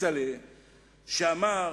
אמר: